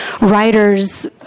writer's